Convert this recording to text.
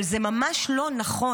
אבל זה ממש לא נכון.